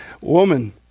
woman